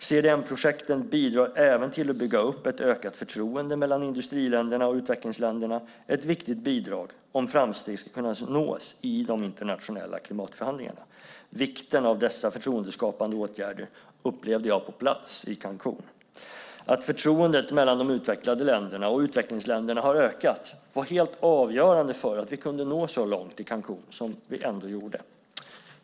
CDM-projekten bidrar också till att bygga upp ett ökat förtroende mellan industriländerna och utvecklingsländerna, ett viktigt bidrag om framsteg ska kunna nås i de internationella klimatförhandlingarna. Vikten av dessa förtroendeskapande åtgärder upplevde jag på plats i Cancún. Att förtroendet mellan de utvecklade länderna och utvecklingsländerna hade ökat var helt avgörande för att vi kunde nå så långt i Cancún som vi ändå gjorde.